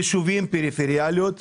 יישובים פריפריאליים,